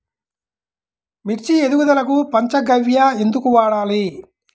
మిర్చి ఎదుగుదలకు పంచ గవ్య ఎందుకు వాడాలి?